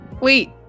Wait